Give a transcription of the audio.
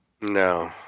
No